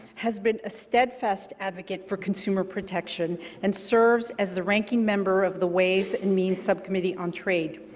has been a steadfast advocate for consumer protection and serves as the ranking member of the ways and means subcommittee on trade.